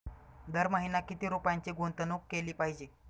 दर महिना किती रुपयांची गुंतवणूक केली पाहिजे?